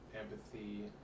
empathy